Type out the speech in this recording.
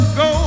go